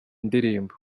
indirimbo